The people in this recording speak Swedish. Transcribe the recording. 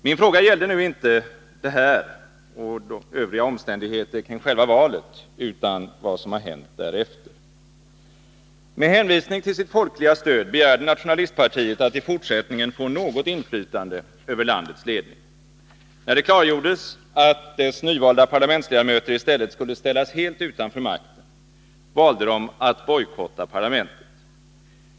Min fråga gällde dock inte det här och övriga omständigheter kring valet, utan vad som har hänt därefter. Med hänvisning till sitt folkliga stöd begärde nationalistpartiet att i fortsättningen få något inflytande över landets ledning. När det klargjordes att dess nyvalda parlamentsledamöter i stället skulle ställas helt utanför makten valde de att bojkotta parlamentet.